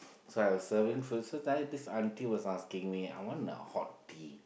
so I was serving food so then this auntie was asking me I want a hot tea